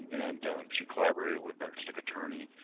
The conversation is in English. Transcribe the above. and she collaborate with our district attorney,